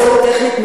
טעות טכנית.